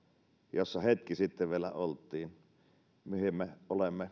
jossa hetki sitten vielä oltiin ja johon me olemme